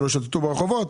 שלא ישוטטו ברחובות,